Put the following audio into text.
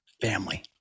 family